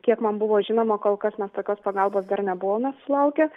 kiek man buvo žinoma kol kas mes tokios pagalbos dar nebuvome sulaukę